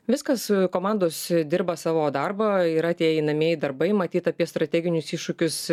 viskas komandos dirba savo darbą yra tie einamieji darbai matyt apie strateginius iššūkius